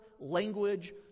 Language